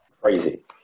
crazy